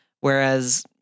Whereas